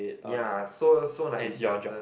ya so so like it doesn't